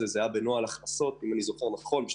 זה היה בנוהל הכנסות אם אני זוכר נכון זה